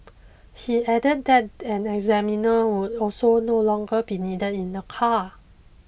he added that an examiner would also no longer be needed in the car